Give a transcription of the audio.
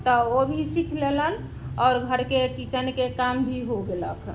तऽ ओ भी सीख लेलनि आओर घरके किचनके काम भी हो गेलक